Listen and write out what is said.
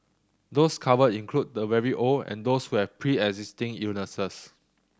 those covered include the very old and those who have preexisting illnesses